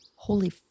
holy